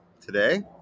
today